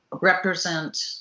represent